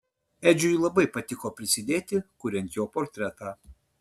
edžiui labai patiko prisidėti kuriant jo portretą